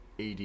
AD